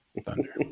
Thunder